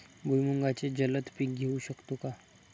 भुईमुगाचे जलद पीक घेऊ शकतो का?